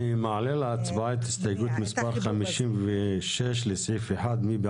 אני רוצה להוסיף הסתייגות כזאת: החוק ייכנס לתוקף ביום שבו